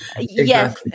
Yes